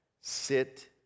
Sit